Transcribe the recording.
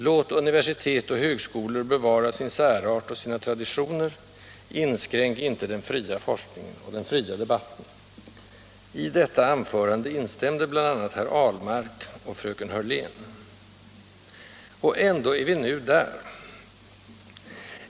Låt universitet och högskolor bevara sin särart och sina traditioner! Inskränk inte den fria forskningen och den fria debatten!” I detta anförande instämde bl.a. herr Ahlmark och fröken Hörlén. Och ändå är vi nu där.